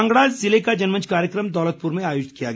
कांगड़ा ज़िले का जनमंच कार्यक्रम दौलतपुर में आयोजित किया गया